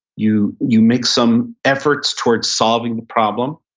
you you make some efforts towards solving the problem.